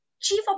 Chief